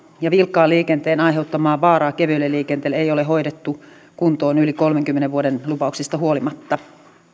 ja vilkkaan liikenteen aiheuttamaa vaaraa kevyelle liikenteelle ei ole hoidettu kuntoon yli kolmenkymmenen vuoden lupauksista huolimatta